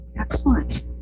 Excellent